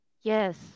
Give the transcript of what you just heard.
Yes